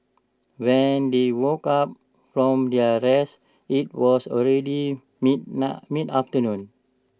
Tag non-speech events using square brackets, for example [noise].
when they woke up from their rest IT was already mid [unintelligible] mid afternoon